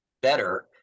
better